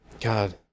God